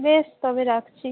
বেশ তবে রাখছি